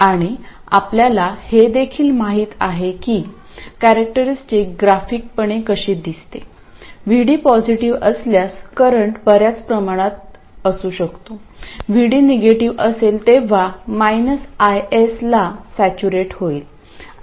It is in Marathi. आणि आपल्याला हे देखील माहित आहे की कॅरेक्टरिस्टिक ग्राफिकपणे कशी दिसते VD पॉझिटिव्ह असल्यास करंट बर्याच प्रमाणात असू शकतो VD निगेटिव्ह असेल तेव्हा IS ला सॅचूरेट होईल